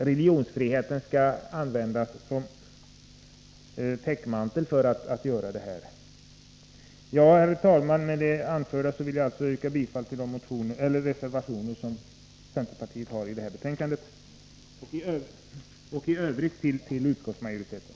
Religionsfriheten får inte användas som täckmantel i detta fall. Herr talman! Med det anförda vill jag yrka bifall till de reservationer som centerpartiet fogat till i det föreliggande betänkandet och i övrigt till utskottets hemställan.